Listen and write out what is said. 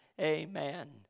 Amen